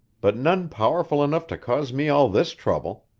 but none powerful enough to cause me all this trouble.